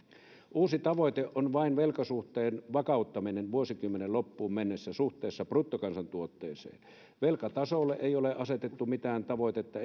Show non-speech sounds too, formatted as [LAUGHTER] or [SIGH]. uusi tavoite on vain velkasuhteen vakauttaminen vuosikymmenen loppuun mennessä suhteessa bruttokansantuotteeseen velkatasolle ei ole asetettu mitään tavoitetta [UNINTELLIGIBLE]